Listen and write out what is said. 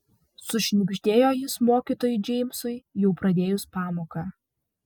sušnibždėjo jis mokytojui džeimsui jau pradėjus pamoką